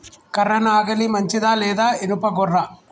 కర్ర నాగలి మంచిదా లేదా? ఇనుప గొర్ర?